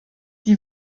die